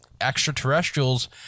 extraterrestrials